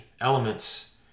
elements